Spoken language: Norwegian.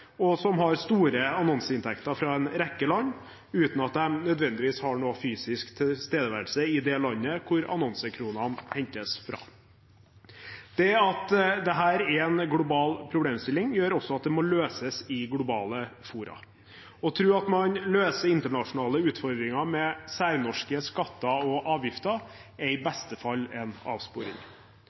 og som har store annonseinntekter fra en rekke land uten at de nødvendigvis har noen fysisk tilstedeværelse i det landet hvor annonsekronene hentes fra. Det at dette er en global problemstilling, gjør også at det må løses i globale fora. Å tro at man løser internasjonale utfordringer med særnorske skatter og avgifter, er i beste fall en avsporing.